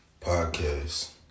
Podcast